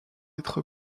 être